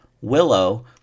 Willow